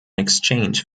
exchange